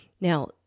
Now